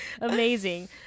amazing